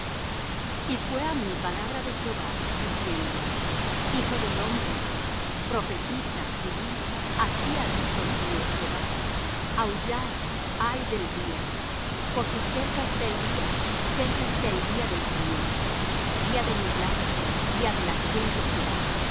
y fué á mí palabra de jehová diciendo hijo del hombre profetiza y di así ha dicho el señor jehová aullad ay del día porque cerca está el día cerca está el día del señor día de nublado día de las gentes será y